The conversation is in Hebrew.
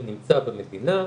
הוא נמצא במדינה,